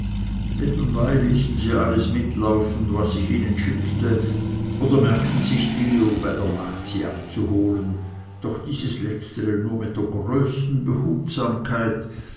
nebenbei ließen sie alles mitlaufen was sich ihnen schickte oder merkten sich dinge um bei der nacht sie abzuholen doch dieses letztere nur mit der größten behutsamkeit